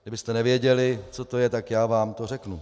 Kdybyste nevěděli, co to je, tak já vám to řeknu.